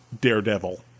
daredevil